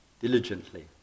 diligently